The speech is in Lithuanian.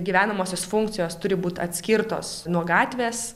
gyvenamosios funkcijos turi būt atskirtos nuo gatvės